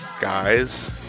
Guys